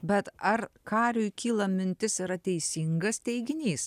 bet ar kariui kyla mintis yra teisingas teiginys